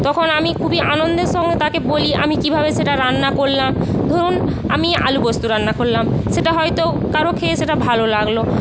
তখন আমি খুবই আনন্দের সঙ্গে তাকে বলি আমি কিভাবে সেটা রান্না করলাম ধরুন আমি আলু পোস্ত রান্না করলাম সেটা হয়তো কারও খেয়ে সেটা ভালো লাগলো